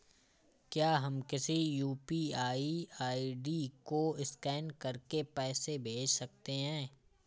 क्या हम किसी यू.पी.आई आई.डी को स्कैन करके पैसे भेज सकते हैं?